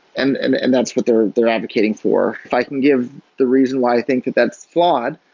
and and and that's what they're they're advocating for. if i can give the reason why i think that that's flawed,